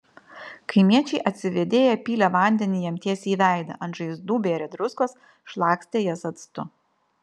kaimiečiai atsivėdėję pylė vandenį jam tiesiai į veidą ant žaizdų bėrė druskos šlakstė jas actu